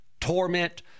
torment